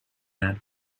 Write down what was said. that